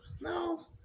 no